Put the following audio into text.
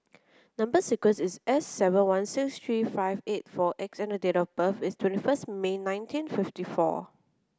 number sequence is S seven one six three five eight four X and date of birth is twenty first May nineteen fifty four